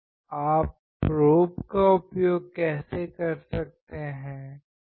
आप प्रोब का उपयोग कैसे कर सकते हैं